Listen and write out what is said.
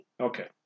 Okay